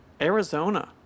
Arizona